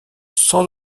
sans